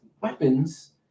weapons